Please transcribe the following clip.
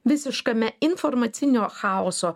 visiškame informacinio chaoso